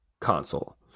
console